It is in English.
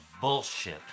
bullshit